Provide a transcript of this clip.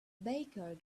baker